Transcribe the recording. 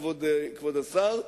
כבוד השר,